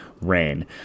rain